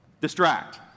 Distract